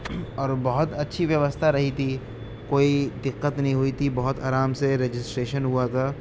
اور بہت اچھی ویوستھا رہی تھی کوئی دقت نہیں ہوئی تھی بہت آرام سے رجسٹریشن ہوا تھا